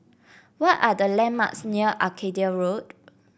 what are the landmarks near Arcadia Road